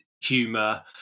humor